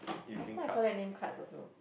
last time I collect name cards also